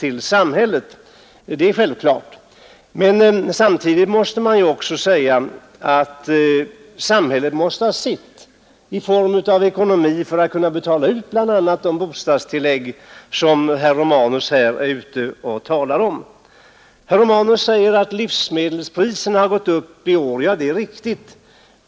Men samhället måste ju ha så stora skatteinkomster att man kan betala ut bl.a. de bostadstillägg som herr Romanus här talar om. Livsmedelspriserna har också gått upp i år, säger herr Romanus. Ja, det är riktigt.